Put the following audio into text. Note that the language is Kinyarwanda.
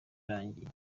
irangira